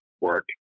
work